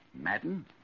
Madden